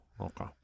Okay